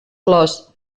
flors